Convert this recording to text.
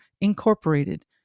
Incorporated